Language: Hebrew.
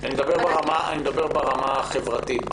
אני מדבר ברמה החברתית,